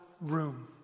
room